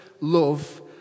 love